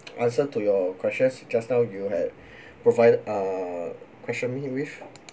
answer to your questions just now you had provide uh questioned me with